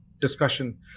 discussion